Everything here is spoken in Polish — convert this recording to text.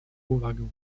uwagę